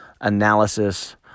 analysis